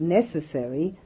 necessary